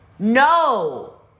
No